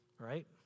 right